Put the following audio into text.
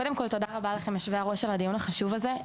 קודם כל תודה רבה לכם יושבי הראש על הדיון החשוב הזה,